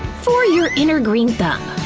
for your inner green thumb!